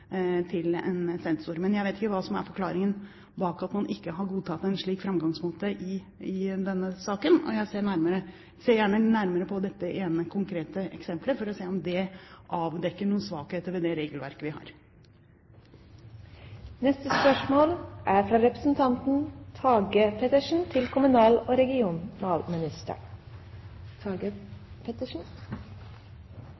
til en sensor. Jeg vet ikke hva som er forklaringen på at man ikke har godtatt en slik framgangsmåte i denne saken, og jeg ser gjerne nærmere på dette ene konkrete eksempelet for å se om det avdekker noen svakheter ved det regelverket vi har. «Ifølge oppslag i flere medier vil omleggingen av barnehagefinansieringen fra